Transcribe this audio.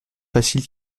facile